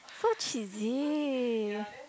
so cheesy